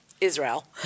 Israel